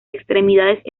extremidades